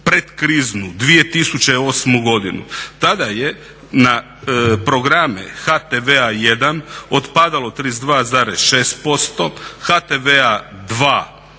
predkriznu 2008. godinu, tada je na programe HTV-a 1 otpadalo 32,6%, HTV-a 2